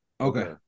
Okay